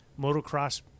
motocross